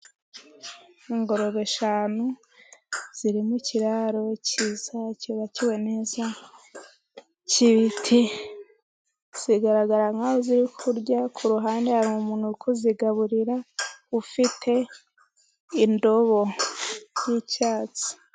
Ingurube eshanu ziri mu kiraro cyiza, cyubakiwe neza cy'ibiti. Zigaragara nk'aho ziri kurya . Ku ruhande hari umuntu uri kuzigaburira ,ufite indobo yicyatsi.